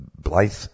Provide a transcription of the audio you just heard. Blythe